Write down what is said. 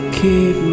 keep